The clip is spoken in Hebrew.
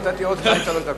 נתתי עוד שתיים-שלוש דקות.